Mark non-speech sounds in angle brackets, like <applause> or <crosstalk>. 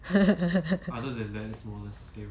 <laughs>